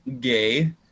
gay